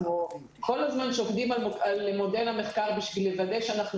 אנחנו כל הזמן שוקדים על מודל המחקר בשביל לוודא שאנחנו